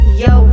yo